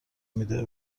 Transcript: میده